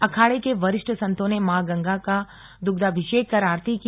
अखाड़े के वरिष्ठ संतों ने मां गंगा का दुग्धाभिषेक कर आरती की